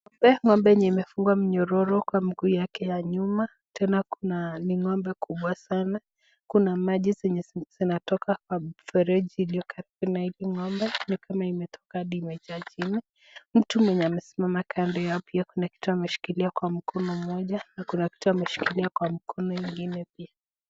Ng'ombe, ng'ombe yenye imefungwa minyororo kwa miguu yake ya nyuma, tena kuna, ni ng'ombe kubwa sana, kuna maji yenye zinatoka kwa mfereji iliyo karibu na hili ng'ombe, ni kama imetoka hadi imejaa chini. Mtu mwenye amesimama kando yao pia kuna kitu ameshikilia kwa mkono moja na kuna kitu ameshikilia kwa mkono ingine pia.